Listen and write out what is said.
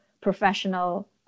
professional